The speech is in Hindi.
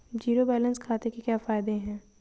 ज़ीरो बैलेंस खाते के क्या फायदे हैं?